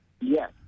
Yes